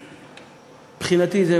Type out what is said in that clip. מבחינתי, זה